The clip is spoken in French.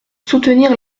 soutenir